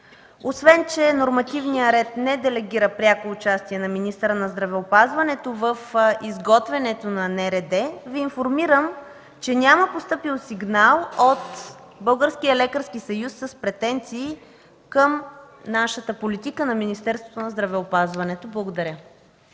Освен че нормативният ред не делегира пряко участие на министъра на здравеопазването в изготвянето на Националния рамков договор, Ви информирам, че няма постъпил сигнал от Българския лекарски съюз с претенции към политиката на Министерството на здравеопазването. Благодаря.